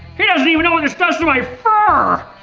he doesn't even know what this does to my fur!